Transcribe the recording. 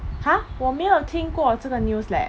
!huh! 我没有听过这个 news leh